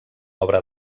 obra